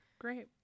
Great